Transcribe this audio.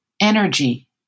energy